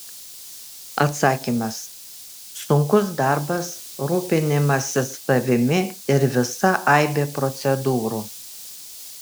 atsakymas sunkus darbas rūpinimasis savimi ir visa aibė procedūrų